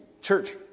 Church